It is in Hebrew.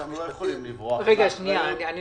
שנייה, מיקי ביקש.